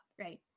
right